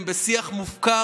התייחסת גם למנחם בגין,